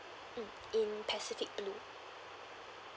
mm in pacific blue